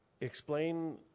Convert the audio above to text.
explain